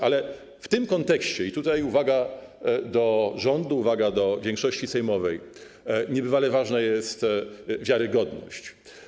Ale w tym kontekście - tutaj uwaga do rządu, uwaga do większości sejmowej - niebywale ważna jest wiarygodność.